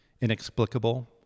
inexplicable